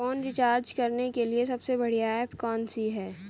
Phone recharge करने के लिए सबसे बढ़िया ऐप कौन सी है?